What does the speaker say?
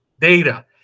data